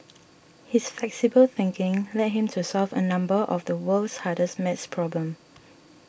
his flexible thinking led him to solve a number of the world's hardest math problems